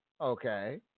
Okay